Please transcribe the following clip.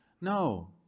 No